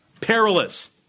Perilous